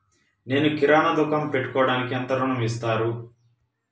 నేను కిరాణా దుకాణం పెట్టుకోడానికి ఎంత ఋణం ఇస్తారు?